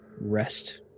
rest